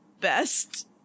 best